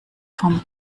vom